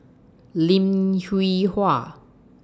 Lim Hwee Hua